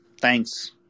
Thanks